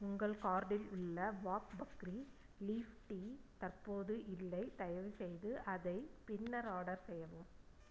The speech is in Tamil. உங்கள் கார்ட்டில் உள்ள வாக் பக்ரி லீஃப் டீ தற்போது இல்லை தயவுசெய்து அதை பின்னர் ஆர்டர் செய்யவும்